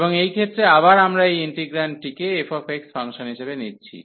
এবং এই ক্ষেত্রে আবার আমরা এই ইন্টিগ্রান্ডটিকে f ফাংশন হিসাবে নিচ্ছি